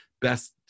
Best